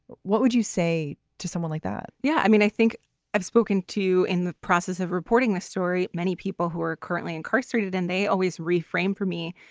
what would you say to someone like that? yeah, i mean, i think i've spoken to in the process of reporting this story, many people who are currently incarcerated and they always reframe for me.